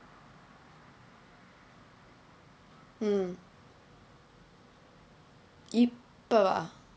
என்:en I_P bar